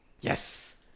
Yes